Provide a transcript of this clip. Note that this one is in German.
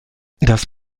das